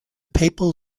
papal